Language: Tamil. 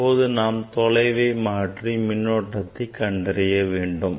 இப்போது நாம் தொலைவை மாற்றி மின்னோட்டத்தை கண்டறிய வேண்டும்